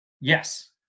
Yes